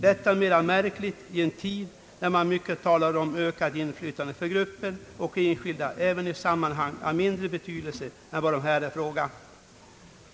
Detta är mer märkligt i en tid när man mycket talar om ökat inflytande för grupper och enskilda även i sammanhang av mindre betydelse än detta.